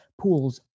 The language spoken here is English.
pools